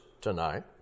tonight